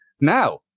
Now